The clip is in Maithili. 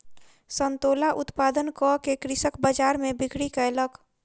संतोला उत्पादन कअ के कृषक बजार में बिक्री कयलक